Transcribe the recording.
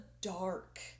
dark